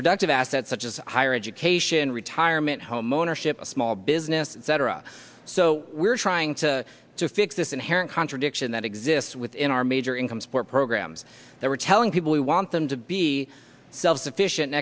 productive assets such as higher education retirement homeownership small business cetera so we're trying to fix this inherent contradiction that exists within our major income support programs that we're telling people we want them to be self sufficient